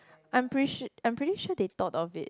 I am pretty s~ I am pretty sure they thought of it